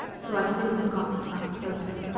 so, i soon forgot about the photo.